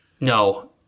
no